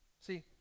see